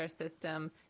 system